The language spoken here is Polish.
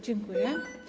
Dziękuję.